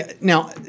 now